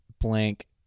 Blank